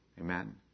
Amen